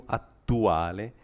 attuale